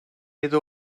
yedi